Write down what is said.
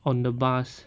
on the bus